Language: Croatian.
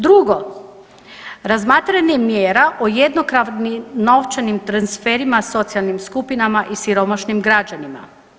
Drugo, razmatranje mjera o jednokratnim novčanim transferima socijalnim skupinama i siromašnim građanima.